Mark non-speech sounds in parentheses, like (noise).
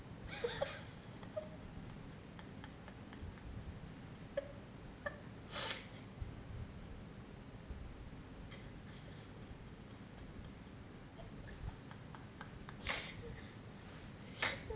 (laughs)